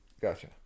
gotcha